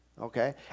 Okay